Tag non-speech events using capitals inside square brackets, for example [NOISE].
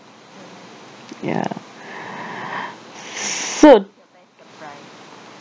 ya [BREATH] so